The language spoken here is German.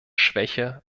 schwäche